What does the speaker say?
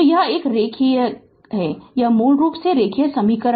तो यह एक रैखिक है यह मूल रूप से एक रैखिक समीकरण है